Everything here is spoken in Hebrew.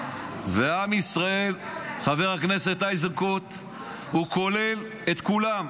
ועם ישראל, חבר הכנסת איזנקוט, כולל את כולם.